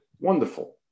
Wonderful